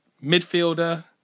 midfielder